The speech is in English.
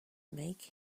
make